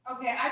Okay